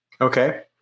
Okay